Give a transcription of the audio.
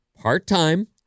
part-time